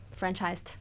franchised